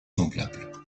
semblables